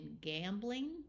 gambling